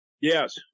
Yes